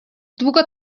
długo